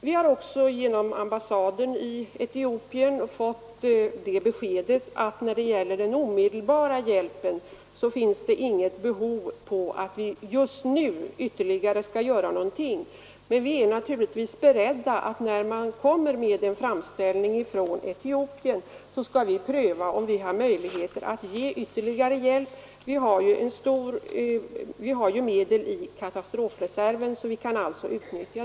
Vi har också genom ambassaden i Etiopien fått det beskedet att när det gäller den omedelbara hjälpen finns inget behov av att vi just nu gör något ytterligare. Men vi är naturligtvis beredda att, när man kommer med en framställning från Etiopien, pröva om vi har möjligheter att ge ytterligare hjälp. Vi har ju medel i katastrofreserven som vi kan utnyttja.